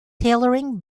tailoring